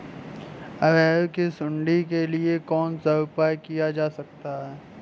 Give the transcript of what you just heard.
अरहर की सुंडी के लिए कौन सा उपाय किया जा सकता है?